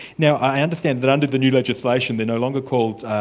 now i understand that under the new legislation they're no longer called